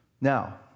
Now